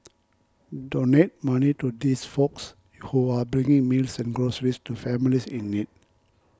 donate money to these folks who are bringing meals and groceries to families in need